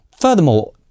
Furthermore